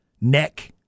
neck